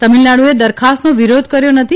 તમિલનાડુએ દરખાસ્તનો વિરોધ કર્યો નથી